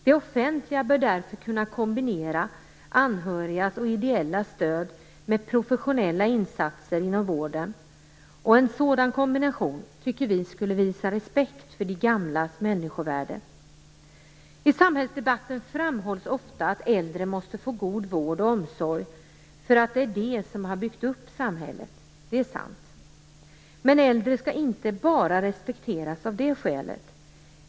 Det offentliga bör därför kunna kombinera anhörigas och ideellas stöd med professionella insatser inom vården. En sådan kombination skulle visa respekt för de gamlas människovärde. I samhällsdebatten framhålls ofta att äldre måste få god vård och omsorg, eftersom det är de som har byggt upp samhället. Det är sant. Men äldre skall inte bara respekteras av det skälet.